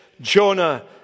Jonah